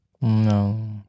No